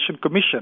Commission